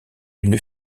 une